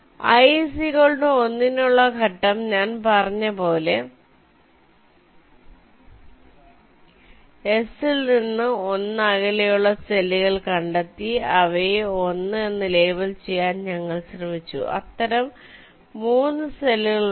i 1 നുള്ള ഘട്ടം 1 ഞാൻ പറഞ്ഞതുപോലെ S ൽ നിന്ന് 1 അകലെയുള്ള സെല്ലുകൾ കണ്ടെത്തി അവയെ 1 എന്ന് ലേബൽ ചെയ്യാൻ ഞങ്ങൾ ശ്രമിച്ചു അത്തരം 3 സെല്ലുകൾ ഉണ്ട്